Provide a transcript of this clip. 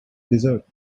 desert